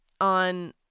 on